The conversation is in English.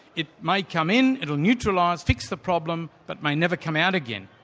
it may come in, it'll neutralise, fix the problem but may never come out again.